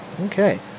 okay